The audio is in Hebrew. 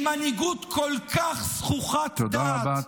עם מנהיגות כל כך זחוחת דעת -- תודה רבה.